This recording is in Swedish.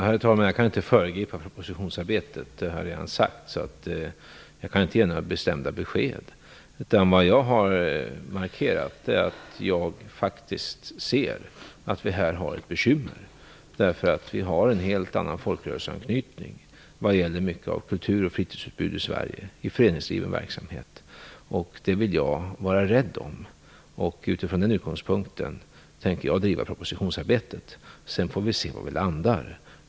Herr talman! Jag kan inte föregripa propositionsarbetet, vilket jag redan har sagt. Därför kan jag inte ge några bestämda besked. Vad jag har markerat är att jag faktiskt ser att vi här har ett bekymmer, därför att det finns en helt annan folkrörelseanknytning vad gäller mycket av kultur och fritidsutbud i Sverige i föreningsliv och verksamhet. Det vill jag värna om. Utifrån den utgångspunkten tänker jag driva propositionsarbetet. Sedan får vi se var vi landar.